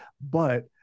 but-